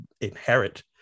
inherit